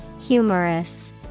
Humorous